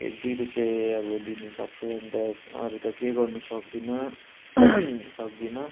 एक दुई रुपियाँ अब दिनसक्छु अन्त अरू त केही गर्नु सक्दिनँ सक्दिनँ